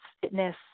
fitness